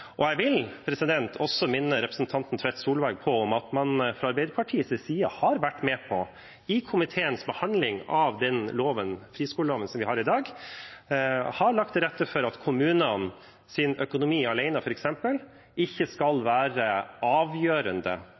Jeg vil også minne representanten Tvedt Solberg på at man fra Arbeiderpartiets side i komiteens behandling av den friskoleloven som vi har i dag, har vært med på å legge til rette for at f.eks. kommunenes økonomi alene ikke skal være avgjørende